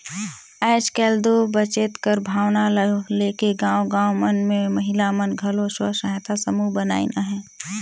आएज काएल दो बचेत कर भावना ल लेके गाँव गाँव मन में महिला मन घलो स्व सहायता समूह बनाइन अहें